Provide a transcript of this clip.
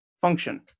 function